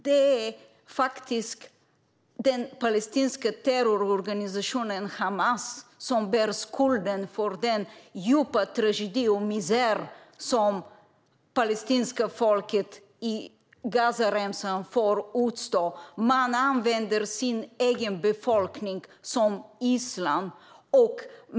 Det är faktiskt den palestinska terrororganisationen Hamas som bär skulden för den djupa tragedi och misär som det palestinska folket på Gazaremsan får utstå. De använder sin egen befolkning som gisslan.